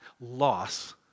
loss